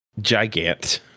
Gigant